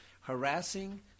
harassing